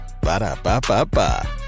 Ba-da-ba-ba-ba